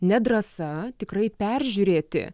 nedrąsa tikrai peržiūrėti